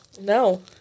No